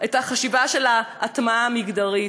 את החשיבה של ההטמעה המגדרית.